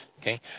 Okay